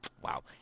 Wow